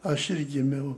aš ir gimiau